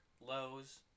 Lowe's